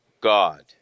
God